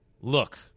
look